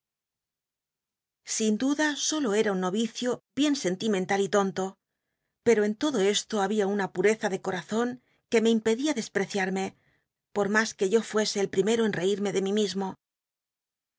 sin duda solo era un novicio bien sentimental y tonto pero en lodo esto habia una pureza de corazon que me impedía despreciarme por mas que yo fuese el primero en reirme de mí mismo